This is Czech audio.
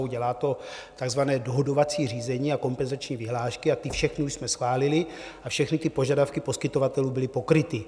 Dělá to takzvané dohadovací řízení a kompenzační vyhlášky a ty všechny už jsme schválili a všechny ty požadavky poskytovatelů byly pokryty.